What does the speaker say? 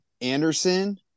Anderson